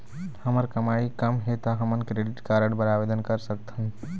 हमर कमाई कम हे ता हमन क्रेडिट कारड बर आवेदन कर सकथन?